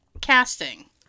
casting